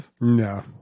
No